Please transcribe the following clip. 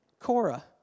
Cora